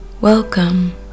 welcome